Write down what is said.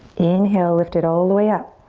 inhale, lift it all the way up.